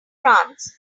france